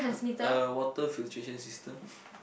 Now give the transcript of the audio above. a water filtration system